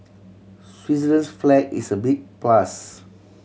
Switzerland's flag is a big plus